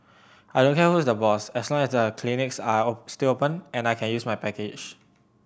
I don't care who is the boss as long as the clinics are still open and I can use my package